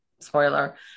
spoiler